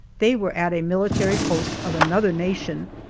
they were at a military post of another nation,